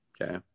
Okay